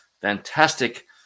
fantastic